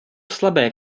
slabé